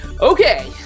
Okay